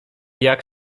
jak